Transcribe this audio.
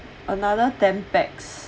another ten pax